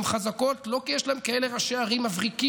הן חזקות לא כי יש להן כאלה ראשי ערים מבריקים,